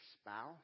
spouse